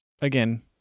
again